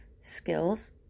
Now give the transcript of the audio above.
skills